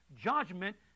judgment